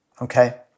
okay